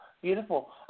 Beautiful